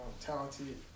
talented